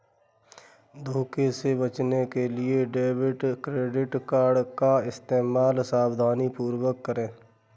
धोखे से बचने के लिए डेबिट क्रेडिट कार्ड का इस्तेमाल सावधानीपूर्वक करें